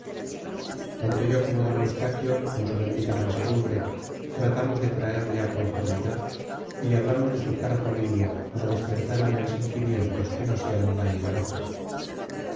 tanto yo como d eustaquio con su bendita mansedumbre tratamos de traerle a conformidad y le hablamos de su cara familia para despertar en él sentimientos que no sean la ira loca